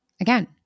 Again